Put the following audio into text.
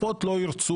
הקופות לא ירצו,